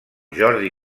jordi